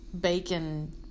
bacon